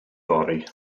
fory